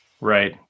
Right